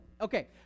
Okay